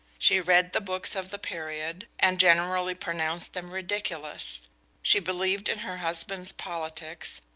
she read the books of the period, and generally pronounced them ridiculous she believed in her husband's politics,